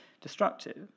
destructive